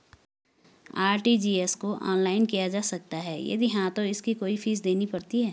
RTGS को online किया जा सकता है यदि हाँ तो इसकी कोई फीस देनी पड़ती है?